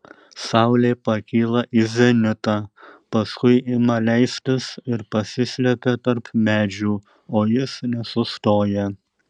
saulė pakyla į zenitą paskui ima leistis ir pasislepia tarp medžių o jis nesustoja